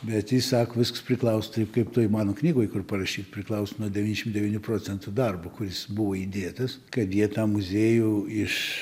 bet jis sako viskas priklauso taip kaip toj mano knygoj kur parašyt priklauso nuo devyniašim devynių procentų darbo kuris buvo įdėtas kad jie tą muziejų iš